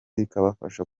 ikabafasha